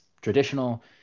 traditional